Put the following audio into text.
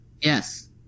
Yes